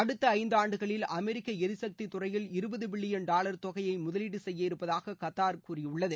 அடுத்த இந்தாண்டுகளில் அமெரிக்க எரிசக்தி துறையில் இருபது பில்லியன் டாவர் தொகையை முதலீடு செய்ய இருப்பதாக கத்தார் கூறியுள்ளது